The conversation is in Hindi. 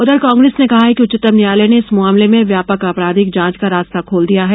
उधर कांग्रेस ने कहा है कि उच्चतम न्यायालय ने इस मामले में व्यापक अपराधिक जांच का रास्ता खोल दिया है